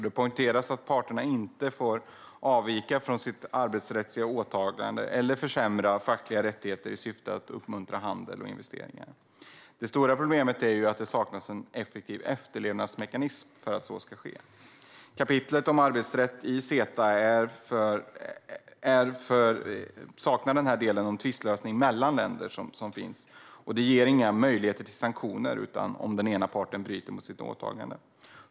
Det poängteras att parterna inte får avvika från sina arbetsrättsliga åtaganden eller försämra fackliga rättigheter i syfte att uppmuntra handel och investeringar. Det stora problemet är att det saknas en effektiv efterlevnadsmekanism för att så inte ska ske. Kapitlet om arbetsrätt i CETA saknar delen om tvistlösning mellan länder och ger inga möjligheter till sanktioner om den ena parten bryter mot sina åtaganden.